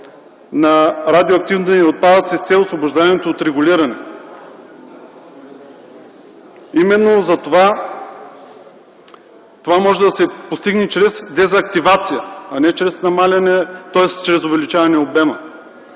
на радиоактивни отпадъци с цел освобождаването от регулиране. Именно затова то може да се постигне чрез дезактивация, а не чрез намаляване, тоест чрез увеличаване обема.